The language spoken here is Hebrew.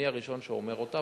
אני הראשון שאומר אותה,